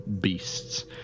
beasts